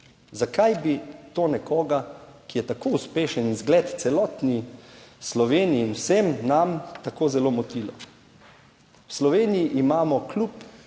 Zakaj bi to nekoga, ki je tako uspešen zgled celotni Sloveniji in vsem nam, tako zelo motilo? V Sloveniji imamo kljub